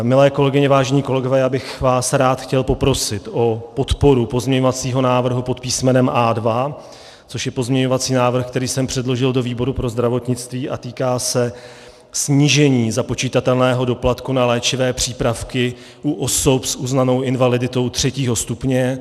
Milé kolegyně, vážení kolegové, já bych vás rád chtěl poprosit o podporu pozměňovacího návrhu pod písmenem A2, což je pozměňovací návrh, který jsem předložil do výboru pro zdravotnictví a týká se snížení započitatelného doplatku na léčivé přípravy u osob s uznanou invaliditou třetího stupně.